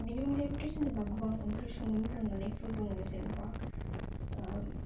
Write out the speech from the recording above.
बेनि अनगायैबोथ' जेनेबा गोबां ओंख्रि संनो मोजां मोननायफोर दङ जेनेबा